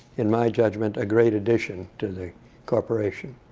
in my judgment a great addition to the corporation.